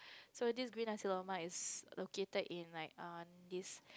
so this green nasi-lemak is located in like err this